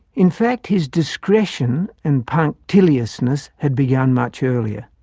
in fact his discretion and punctiliousness had begun much earlier,